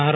R